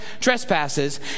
trespasses